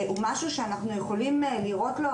היא משהו שאנחנו יכולים לראות לגביו